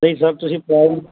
ਨਹੀਂ ਸਰ ਤੁਸੀਂ ਪੋਮ